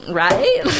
right